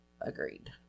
agreed